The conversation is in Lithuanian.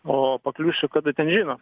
o pakliūsiu kada ten žino